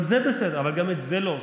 גם זה בסדר, אבל גם את זה לא עושים.